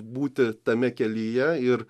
būti tame kelyje ir